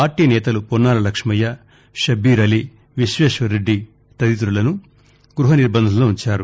party నేతలు పొన్నాల లక్ష్మయ్య షబ్బీర్ అలీ విశ్వేశ్వర్రెడ్డి తదితరులను గృహ నిర్భంధంలో ఉంచారు